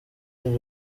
iri